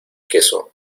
queso